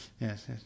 yes